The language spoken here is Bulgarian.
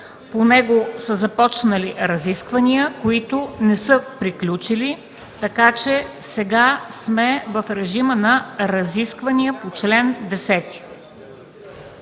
По него са започнали разисквания, които не са приключили. Сега сме в режим на разисквания на чл. 10.